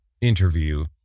interview